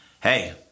Hey